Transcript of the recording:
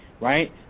right